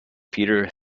peter